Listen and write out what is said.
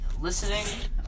listening